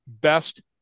best